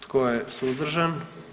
Tko je suzdržan?